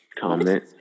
comment